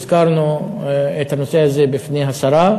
הזכרנו את הנושא הזה בפני השרה,